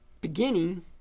beginning